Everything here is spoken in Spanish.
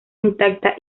intacta